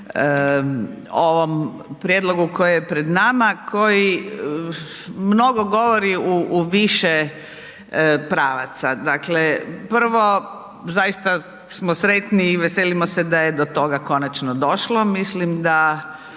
o ovom prijedlogu koji je pred nama koji mnogo govori u više pravaca. Dakle, prvo zaista smo sretni i veselimo se da je do toga konačno došlo. Mislim da